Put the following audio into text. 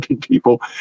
people